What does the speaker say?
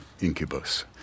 incubus